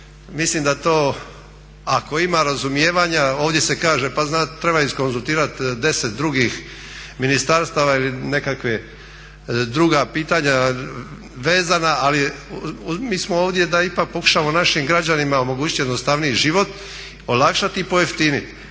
Mislim da to ako ima razumijevanja, ovdje se kaže pa treba iskonzultirati deset drugih ministarstva ili nekakva druga pitanje vezana, ali mi smo ovdje da ipak pokušamo našim građanima omogući jednostavniji život, olakšat i pojeftinit.